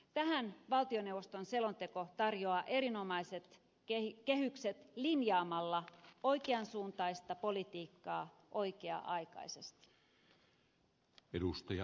tähän valtioneuvoston selonteko tarjoaa erinomaiset kehykset linjaamalla oikean suuntaista politiikkaa oikea aikaisesti